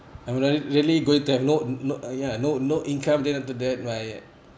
I'm really really going to have no no ya no no income then after that my